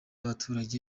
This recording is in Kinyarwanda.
abaturage